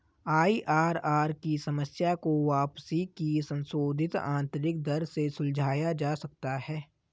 IRR की समस्या को वापसी की संशोधित आंतरिक दर से सुलझाया जा सकता है